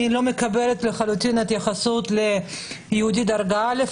אני לא מקבלת לחלוטין התייחסות ליהודי דרגה א',